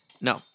no